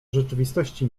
rzeczywistości